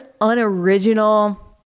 unoriginal